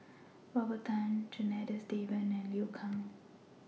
Robert Tan Janadas Devan and Liu Kang